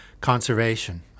conservation